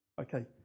Okay